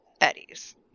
Eddie's